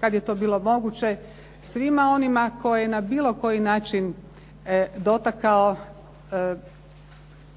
kada je to bilo moguće svima onima koji je na bilo koji način dotakao